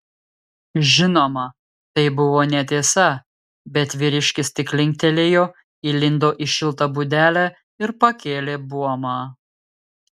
žinoma tai buvo netiesa bet vyriškis tik linktelėjo įlindo į šiltą būdelę ir pakėlė buomą